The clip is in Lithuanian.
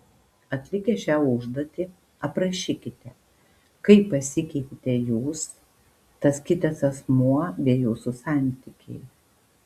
atlikę šią užduotį aprašykite kaip pasikeitėte jūs tas kitas asmuo bei jūsų santykiai